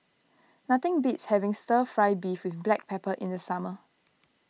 nothing beats having Stir Fry Beef with Black Pepper in the summer